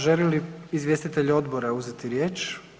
Žele li izvjestitelji odbora uzeti riječ?